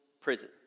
prison